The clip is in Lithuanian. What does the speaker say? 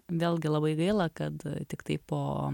vėlgi labai gaila kad tiktai po